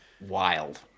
Wild